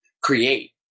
create